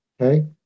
okay